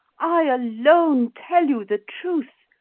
i alone tell you the truth.